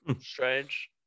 strange